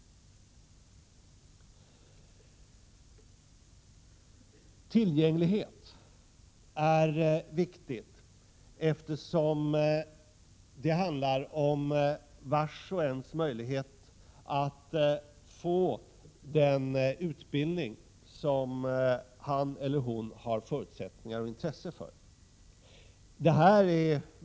Tillgänglighet är viktig, eftersom det handlar om vars och ens möjlighet att få den utbildning som han eller hon har förutsättningar och intresse för.